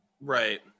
Right